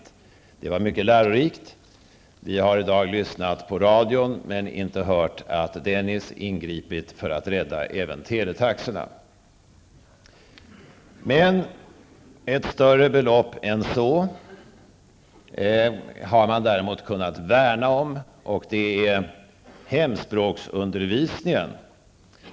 Det var mycket lärorikt. Vi har i dag lyssnat på radion, men vi har inte hört någonting om att Bengt Dennis ingripit för att rädda även teletaxorna. Ett större belopp än så har man däremot kunnat värna om, och det är det belopp som används för hemspråksundervisningen.